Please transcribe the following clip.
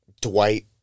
Dwight